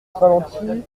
ralentit